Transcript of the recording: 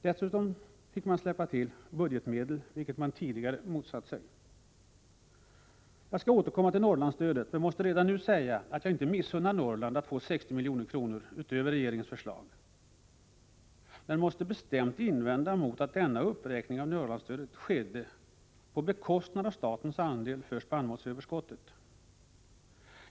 Dessutom fick man släppa till budgetmedel, vilket man tidigare hade motsatt sig. Jag skall återkomma till Norrlandsstödet, men jag måste redan nu säga att jaginte missunnar Norrland att få 60 milj.kr. utöver regeringens förslag. Jag måste dock bestämt invända mot att denna uppräkning av Norrlandsstödet skett på bekostnad av statens andel för spannmålsöverskottet.